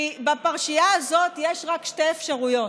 כי בפרשייה הזאת יש רק שתי אפשרויות: